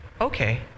okay